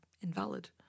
invalid